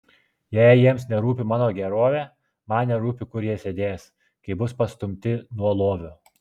jei jiems nerūpi mano gerovė man nerūpi kur jie sėdės kai bus pastumti nuo lovio